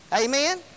Amen